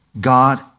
God